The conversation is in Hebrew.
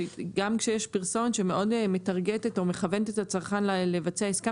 גם כשיש פרסומת שמאוד מטרגטת או מכוונת את הצרכן לבצע עסקה